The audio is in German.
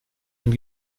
wenn